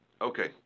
Okay